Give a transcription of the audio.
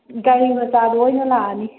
ꯒꯥꯔꯤ ꯃꯆꯥꯗ ꯑꯣꯏꯅ ꯂꯥꯛꯑꯅꯤ